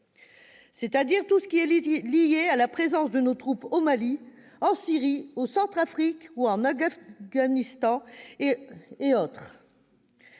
c'est-à-dire tout ce qui est lié à la présence de nos troupes notamment au Mali, en Syrie, en Centrafrique ou en Afghanistan. Sans